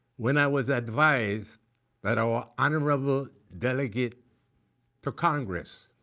when i was advised that our honorary delegate for congress